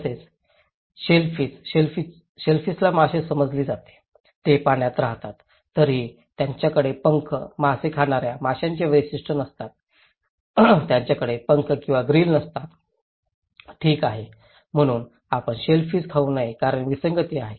तसेच शेलफिश शेलफिशला मासे समजले जाते ते पाण्यात राहतात तरीही त्यांच्याकडे पंख मासे खऱ्या माशाची वैशिष्ट्ये नसतात त्यांच्याकडे पंख किंवा ग्रिल नसतात ठीक आहे म्हणून आपण शेल फिश खाऊ नये कारण विसंगती आहे